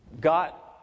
got